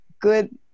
good